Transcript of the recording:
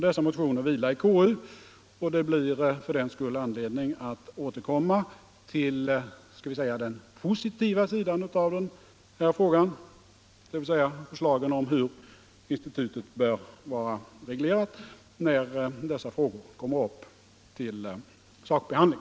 Dessa motioner vilar i KU, och det blir för den skull anledning att återkomma till den positiva sidan av frågan — dvs. förslagen om hur institutet bör vara reglerat — när de kommer upp till sakbehandling.